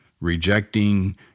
rejecting